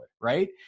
right